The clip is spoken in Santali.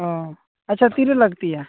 ᱚᱻ ᱟᱪᱪᱷᱟ ᱛᱤᱨᱮ ᱞᱟ ᱠᱛᱤᱭᱟ